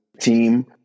team